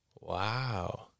Wow